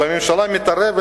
והממשלה מתערבת